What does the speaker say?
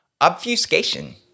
obfuscation